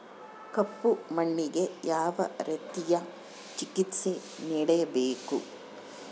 ಕಪ್ಪು ಮಣ್ಣಿಗೆ ಯಾವ ರೇತಿಯ ಚಿಕಿತ್ಸೆ ನೇಡಬೇಕು?